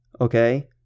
okay